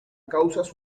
causas